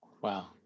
wow